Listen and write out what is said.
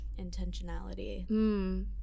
intentionality